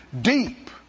Deep